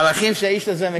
ערכים שהאיש הזה מקדם.